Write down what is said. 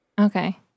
Okay